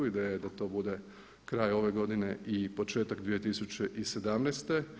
Ideja je da to bude kraj ove godine i početak 2017.